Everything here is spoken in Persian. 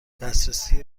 دسترسی